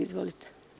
Izvolite.